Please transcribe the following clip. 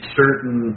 certain